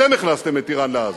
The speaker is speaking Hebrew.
אתם הכנסתם את אירן לעזה.